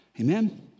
Amen